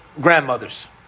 grandmothers